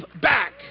back